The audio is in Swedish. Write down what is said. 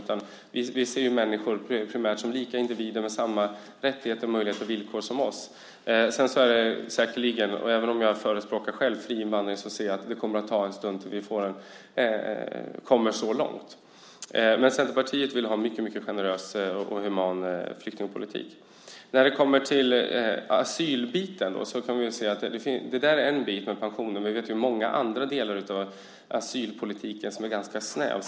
Vi ser människor som lika individer med samma rättigheter, möjligheter och villkor som vi. Även om jag själv är förespråkare av fri invandring tror jag att det kommer att ta en tid innan vi kommer så långt. Men Centerpartiet vill ha en mycket generös och human flyktingpolitik. När det kommer till asylbiten - pensioner är en bit - finns det många andra delar i asylpolitiken där det är ganska snävt.